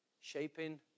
Shaping